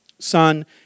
Son